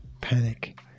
panic